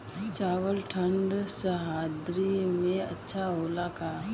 चावल ठंढ सह्याद्री में अच्छा होला का?